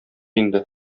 инде